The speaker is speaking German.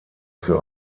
für